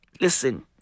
listen